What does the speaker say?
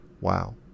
Wow